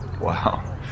Wow